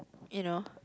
you know